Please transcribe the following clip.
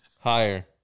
higher